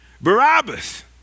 Barabbas